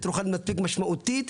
מעטפת רוחנית מספיק משמעותית,